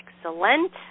Excellent